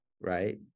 right